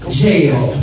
jail